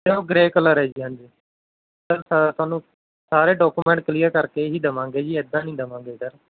sir ਉਹ grey colour ਹੈ ਜੀ ਹਾਂਜੀ ਸਰ ਸ ਤੁਹਾਨੂੰ ਸਾਰੇ ਡਾਕੂਮੈਂਟ ਕਲੀਅਰ ਕਰਕੇ ਹੀ ਦੇਵਾਂਗੇ ਜੀ ਇੱਦਾਂ ਨਹੀਂ ਦੇਵਾਂਗੇ ਸਰ